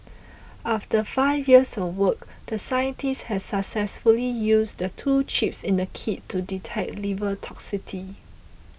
after five years of work the scientists has successfully used the two chips in the kit to detect liver toxicity